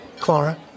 Clara